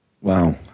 Wow